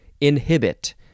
inhibit